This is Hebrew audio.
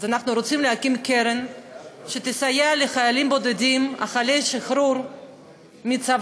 אז אנחנו רוצים להקים קרן שתסייע לחיילים בודדים אחרי השחרור מהצבא,